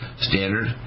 Standard